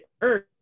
Earth